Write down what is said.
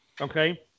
okay